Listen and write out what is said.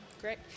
great